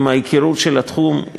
עם ההיכרות של התחום,